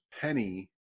Penny